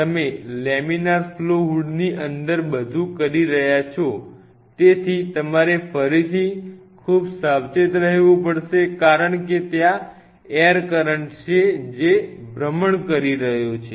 તમે laminar flow હૂડની અંદર બધું કરી રહ્યા છો તેથી તમારે ફરીથી ખૂબ સાવધ રહેવું પડશે કારણ કે ત્યાં ઍર કરંટ છે જે ભ્રમણ કરી રહ્યો છે